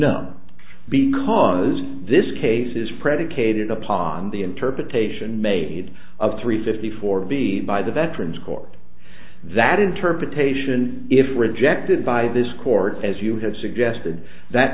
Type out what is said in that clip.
know because this case is predicated upon the interpretation made of three fifty four b c by the veterans court that interpretation if rejected by this court as you have suggested that